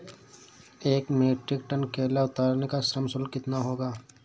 एक metric tonne केला उतारने का श्रम शुल्क कितना होगा?